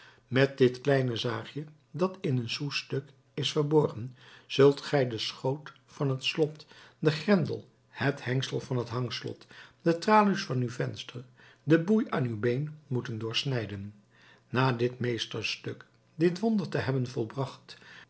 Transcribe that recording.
met dit kleine zaagje dat in een sousstuk is verborgen zult gij den schoot van het slot den grendel het hengsel van het hangslot de tralies van uw venster den boei aan uw been moeten doorsnijden na dit meesterstuk dit wonder te hebben volbracht